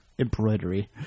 embroidery